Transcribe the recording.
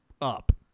up